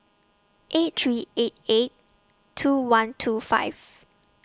eight three eight eight two one two five